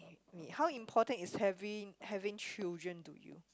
me how important is having having children to you